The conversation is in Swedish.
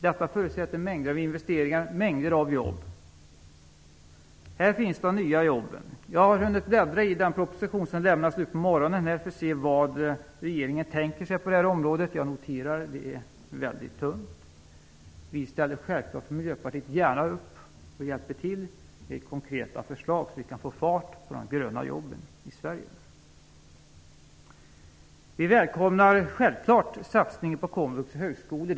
Detta förutsätter mängder av investeringar och mängder av jobb. Här finns de nya jobben. Jag har hunnit bläddra i den proposition som lämnats nu på morgonen för att se vad regeringen tänker sig på det här området. Jag noterar att det är väldigt tunt. Vi ställer självklart gärna upp från Miljöpartiet och hjälper till med konkreta förslag så att vi kan få fart på de gröna jobben i Sverige. Vi välkomnar självklart satsningen på komvux och högskolorna.